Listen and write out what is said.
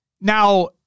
Now